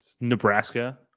Nebraska